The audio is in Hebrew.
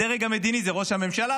הדרג המדיני זה ראש הממשלה,